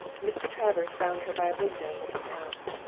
mr. travers found her by a window looking out.